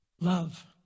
Love